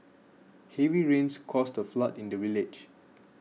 heavy rains caused a flood in the village